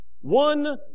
One